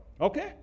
Okay